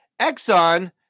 Exxon